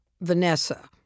Vanessa